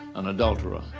an adulterer,